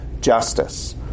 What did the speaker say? justice